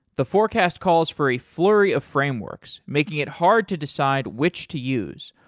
the forecast calls for a flurry of frameworks making it hard to decide which to use,